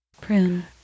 prune